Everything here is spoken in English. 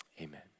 Amen